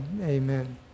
Amen